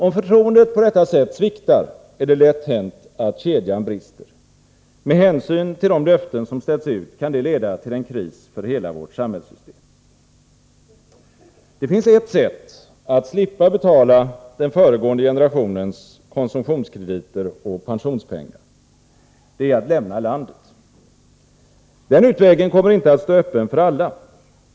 Om förtroendet på detta sätt sviktar, är det lätt hänt att kedjan brister. Med hänsyn till de löften som ställts ut kan det leda till en kris för hela vårt samhällssystem. Det finns ett sätt att slippa betala den föregående generationens konsumtionskrediter och pensionspengar. Det är att lämna landet. Den utvägen kommer inte att stå öppen för alla.